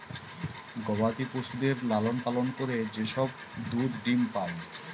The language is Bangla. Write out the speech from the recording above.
গবাদি পশুদের লালন পালন করে যে সব দুধ ডিম্ পাই